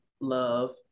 love